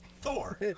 Thor